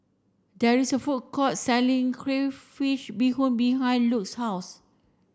there is a food court selling Crayfish Beehoon behind Luke's house